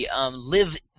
live